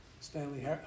Stanley